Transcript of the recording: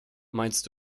meinst